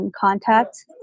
contact